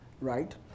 right